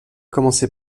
commencé